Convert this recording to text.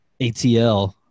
ATL